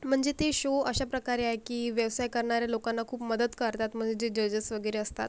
म्हणजे ते शो अशा प्रकारे आहे की व्यवसाय करणाऱ्या लोकांना खूप मदत करतात म्हणजे जे जजेस वगैरे असतात